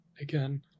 again